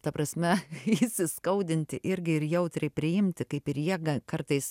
ta prasme įsiskaudinti irgi ir jautriai priimti kaip ir jie kartais